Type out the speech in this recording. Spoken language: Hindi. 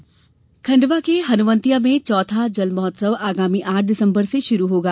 जल महोत्सव खंडवा के हनुवंतिया में चौथा जल महोत्सव आगामी आठ दिसम्बर से शुरू होगा